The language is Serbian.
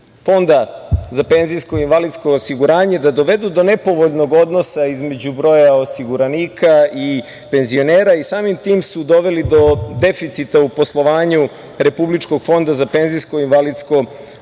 Fonda za penzijsko i invalidsko osiguranje, da dovedu do nepovoljnog odnosa između broja osiguranika i penzionera i samim tim su doveli do deficita u poslovanju Republičkog fonda za penzijsko-invalidsko osiguranje. Takvim